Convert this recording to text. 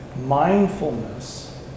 mindfulness